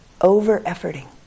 over-efforting